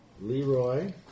Leroy